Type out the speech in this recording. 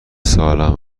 سالم